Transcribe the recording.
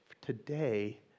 today